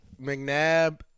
McNabb